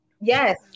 yes